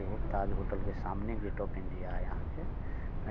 सेहो ताज होटलके सामने गेट ऑफ इण्डिया यऽ अहाँकेँ